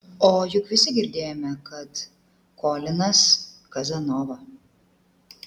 o juk visi girdėjome kad kolinas kazanova